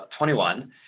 21